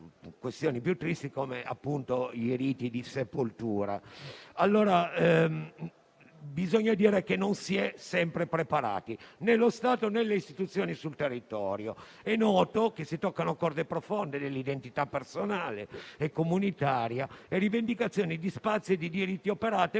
questioni più tristi, come i riti di sepoltura. Bisogna dire che non si è sempre preparati nello Stato, nelle Istituzioni e sul territorio. È noto che si toccano corde profonde dell'identità personale e comunitaria, rivendicazioni di spazi e di diritti operate